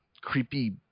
creepy